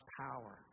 power